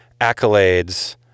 accolades